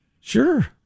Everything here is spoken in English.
Sure